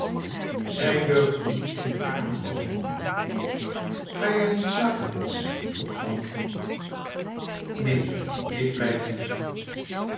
zij durfde niet in de kamer komen ga jij niet slapen bets vroeg tante neen ik blijf hier